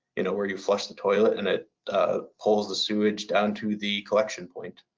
you know, where you flush the toilet and it pulls the sewage down to the collection point.